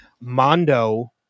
Mondo